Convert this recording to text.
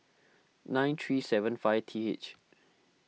nine three seven five T H